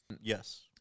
Yes